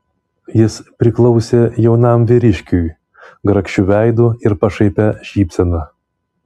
jis priklausė jaunam vyriškiui grakščiu veidu ir pašaipia šypsena